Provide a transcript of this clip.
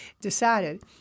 decided